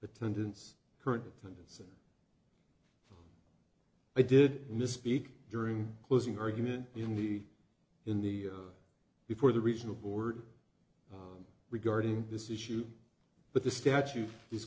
attendance current attendance i did misspeak during closing argument in the in the before the regional board regarding this issue but the statute is